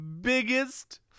biggest